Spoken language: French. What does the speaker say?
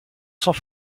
sans